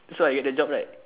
so I get the job right